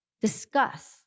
discuss